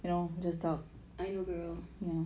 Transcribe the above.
I know girl